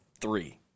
three